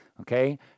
okay